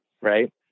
right